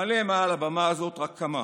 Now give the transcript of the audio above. אעלה מעל הבמה הזאת רק כמה.